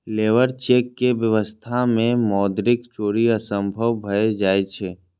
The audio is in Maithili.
लेबर चेक के व्यवस्था मे मौद्रिक चोरी असंभव भए जाइ छै